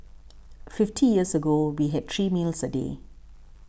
fifty years ago we had three meals a day